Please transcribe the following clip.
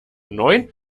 neun